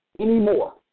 anymore